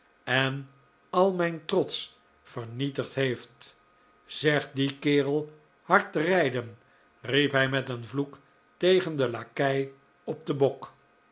en al mijn trots vernietigd heeft zeg dien kerel hard te rijden riep hij met een vloek tegen den lakei op den bok